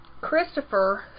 Christopher